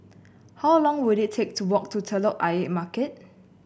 how long will it take to walk to Telok Ayer Market